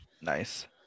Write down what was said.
nice